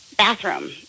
Bathroom